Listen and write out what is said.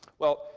well,